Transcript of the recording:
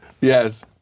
Yes